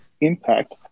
impact